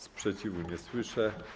Sprzeciwu nie słyszę.